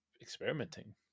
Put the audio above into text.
experimenting